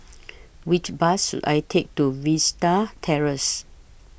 Which Bus should I Take to Vista Terrace